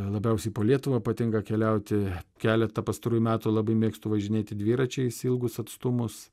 labiausiai po lietuvą patinka keliauti keletą pastarųjų metų labai mėgstu važinėti dviračiais ilgus atstumus